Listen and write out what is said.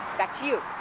back to you.